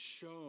shown